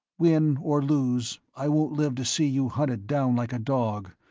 win or lose, i won't live to see you hunted down like a dog,